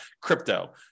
crypto